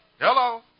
Hello